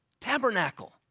Tabernacle